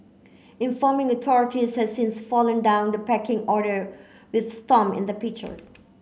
informing authorities has since fallen down the pecking order with Stomp in the picture